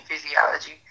physiology